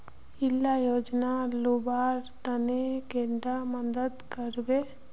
इला योजनार लुबार तने कैडा मदद करबे?